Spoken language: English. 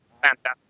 Fantastic